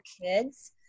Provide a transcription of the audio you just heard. kids